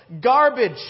garbage